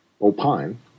opine